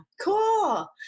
cool